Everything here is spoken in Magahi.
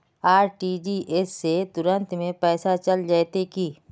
आर.टी.जी.एस से तुरंत में पैसा चल जयते की?